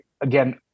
again